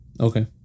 okay